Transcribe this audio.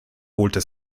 holte